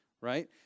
right